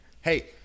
Hey